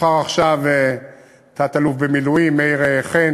נבחר עכשיו תת-אלוף במילואים מאיר חן,